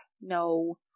No